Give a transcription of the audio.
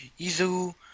Izu